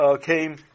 came